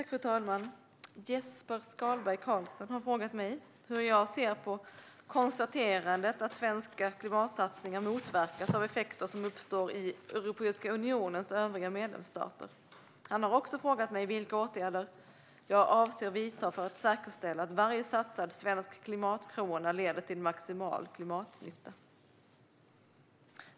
Fru talman! Jesper Skalberg Karlsson har frågat mig hur jag ser på konstaterandet att svenska klimatsatsningar motverkas av effekter som uppstår i Europeiska unionens övriga medlemsstater. Han har också frågat mig vilka åtgärder jag avser att vidta för att säkerställa att varje satsad svensk klimatkrona leder till maximal klimatnytta.